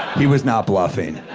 he was not bluffing.